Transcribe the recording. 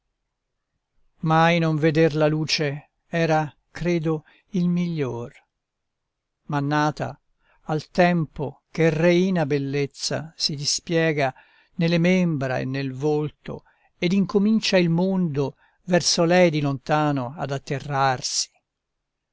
mai non veder la luce era credo il miglior ma nata al tempo che reina bellezza si dispiega nelle membra e nel volto ed incomincia il mondo verso lei di lontano ad atterrarsi